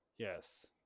Yes